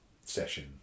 session